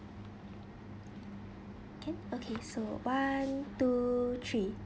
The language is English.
can okay so one two three